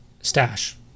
stash